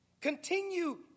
continue